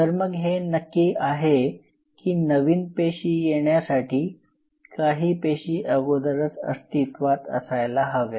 तर मग हे नक्की आहे की नवीन पेशी येण्यासाठी काही पेशी अगोदरच अस्तित्वात असायला हव्या